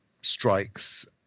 strikes